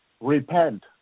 repent